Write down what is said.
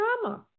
drama